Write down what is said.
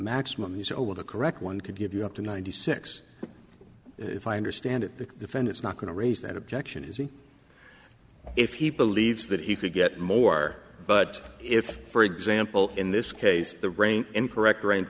maximum you know what the correct one could give you up to ninety six if i understand it the defendant's not going to raise that objection is he if he believes that he could get more but if for example in this case the rein in correct range